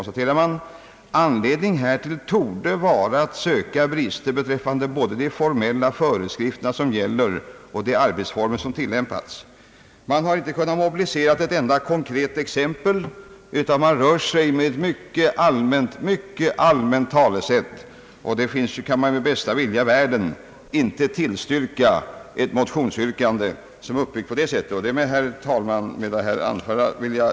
Anledningen härtill torde vara att söka i brister beträffande både de formella föreskrifter som gäller och de arbetsformer som tillämpas.> Reservanterna har inte kunnat mobilisera ett enda konkret exempel utan rör sig med mycket allmänna talesätt. Med bästa vilja i världen kan man inte tillstyrka ett motionsyrkande, som är uppbyggt på det sättet. Med det anförda, herr talman, vill jag yrka bifall till utskottets hemställan.